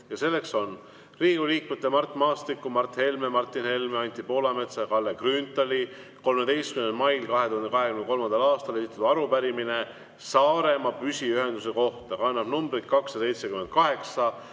ja selleks on Riigikogu liikmete Mart Maastiku, Mart Helme, Martin Helme, Anti Poolametsa ja Kalle Grünthali 13. mail 2023. aastal esitatud arupärimine Saaremaa püsiühenduse kohta. Arupärimine kannab numbrit 278,